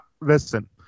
listen